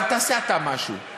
אבל תעשה אתה משהו.